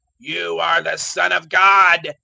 you are the son of god.